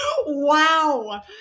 Wow